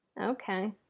Okay